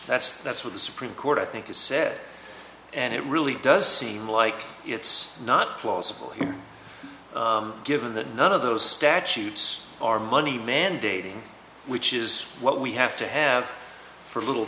that's that's what the supreme court i think you said and it really does seem like it's not plausible given that none of those statutes are money mandating which is what we have to have for little